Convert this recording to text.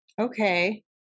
Okay